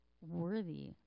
worthy